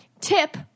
tip